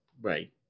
right